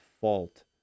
fault